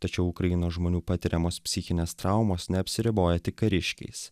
tačiau ukrainos žmonių patiriamos psichinės traumos neapsiriboja tik kariškiais